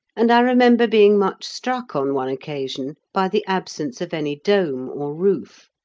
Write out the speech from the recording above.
and i remember being much struck on one occasion by the absence of any dome or roof.